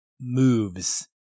moves